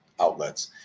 outlets